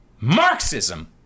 Marxism